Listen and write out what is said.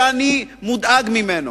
שאני מודאג ממנו.